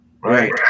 right